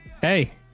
Hey